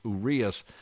Urias